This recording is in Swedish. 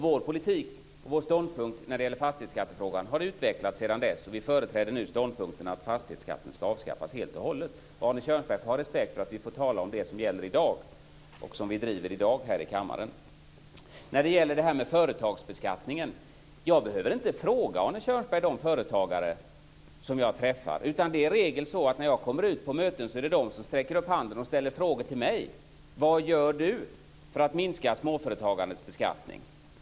Vår politik och vår ståndpunkt i fastighetsskattefrågan har utvecklat sedan dess, och vi företräder nu ståndpunkten att fastighetsskatten ska avskaffas helt och hållet. Arne Kjörnsberg får ha respekt för att vi får tala om det som händer i dag och som vi driver i dag här i kammaren. När det gäller detta med företagsbeskattningen behöver jag inte ställa frågor, Arne Kjörnsberg, till de företagare som jag träffar, utan det är i regel så att när jag kommer ut på möten är det de som räcker upp handen och ställer frågor till mig och undrar: Vad gör du för att minska småföretagandets beskattning?